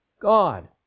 God